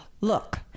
look